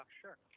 Sure